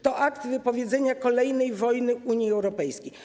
To akt wypowiedzenia kolejnej wojny Unii Europejskiej.